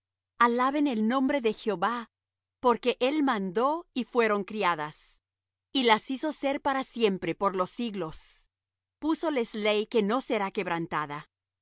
alaben el nombre de jehová porque él mandó y fueron criadas y las hizo ser para siempre por los siglos púso les ley que no será quebrantada